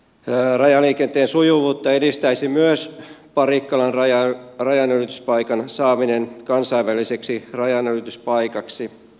rajaliikenteen sujuvuutta edistäisi myös parikkalan rajanylityspaikan saaminen kansainväliseksi rajanylityspaikaksi